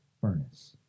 furnace